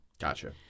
Gotcha